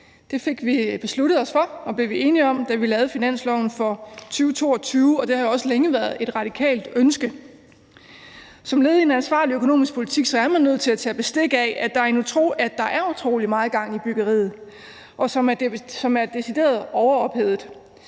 Det fik vi besluttet os for og blev enige om, da vi lavede finansloven for 2022, og det har jo også længe været et radikalt ønske. Som led i en ansvarlig økonomisk politik er man nødt til at tage bestik af, at der er utrolig meget gang i byggeriet, som er decideret overophedet.